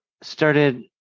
started